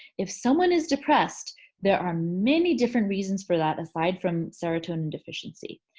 if someone is depressed there are many different reasons for that aside from serotonin deficiency.